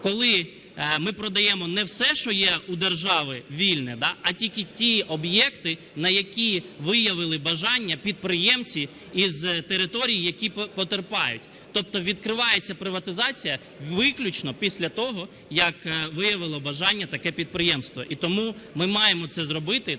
коли ми продаємо не все, що є у держави вільне, а тільки ті об'єкти, на які виявили бажання підприємці з територій, які потерпають. Тобто відкривається приватизація виключно після того, як виявило бажання таке підприємство. І тому ми маємо це зробити